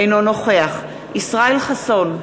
אינו נוכח ישראל חסון,